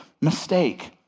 mistake